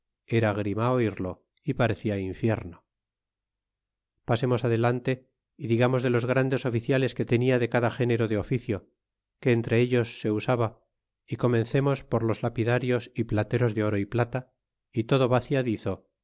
era grima oirlo y pare cia infierno pasemos adelante y digamos de los grandes oficiales que tenia de cada género de oficio que entre ellos se usaba y comencemos por los lapidarios y plateros de oro y plata y todo vaciadizo